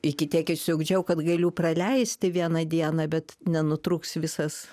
iki tiek išsiugdžiau kad galiu praleisti vieną dieną bet nenutrūks visas